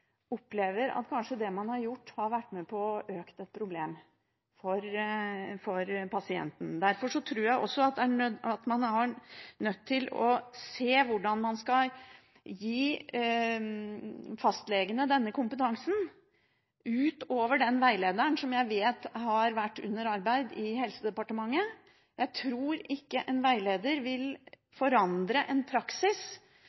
opplever at det man har gjort, kanskje har vært med på å øke problemet for pasienten. Derfor tror jeg man er nødt til å se på hvordan man skal gi fastlegene denne kompetansen, utover den veilederen som jeg vet har vært under arbeid i Helsedepartementet. Jeg tror ikke en veileder